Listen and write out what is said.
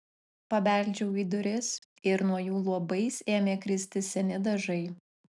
pabeldžiau į duris ir nuo jų luobais ėmė kristi seni dažai